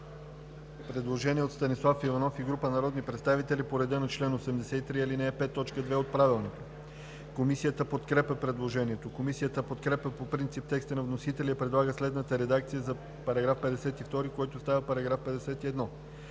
предложение от Станислав Иванов и група народни представители по реда на чл. 83, ал. 5, т. 2 от Правилника. Комисията подкрепя предложението. Комисията подкрепя по принцип текста на вносителя и предлага следната редакция за § 51, който става § 50: „§ 50.